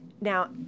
Now